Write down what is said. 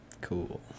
Cool